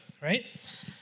right